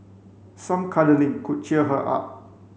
some cuddling could cheer her up